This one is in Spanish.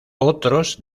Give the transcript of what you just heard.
otros